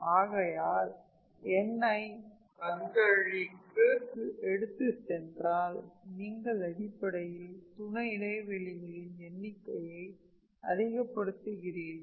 ஆகையால் n ஐ கந்தழிக்கு எடுத்துச் சென்றால் நீங்கள் அடிப்படையில் துணை இடைவெளிகளில் எண்ணிக்கையை அதிகப் படுத்துகிறீர்கள்